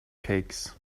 cakes